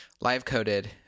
live-coded